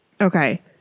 Okay